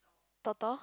turtle